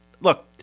Look